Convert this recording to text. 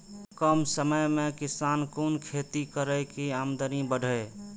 कम समय में किसान कुन खैती करै की आमदनी बढ़े?